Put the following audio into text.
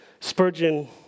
Spurgeon